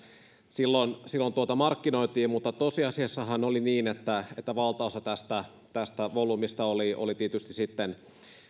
silloin silloin markkinoitiin mutta tosiasiassahan oli niin että valtaosa tästä tästä volyymistä oli oli tietysti